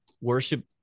worship